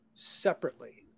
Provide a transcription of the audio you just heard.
separately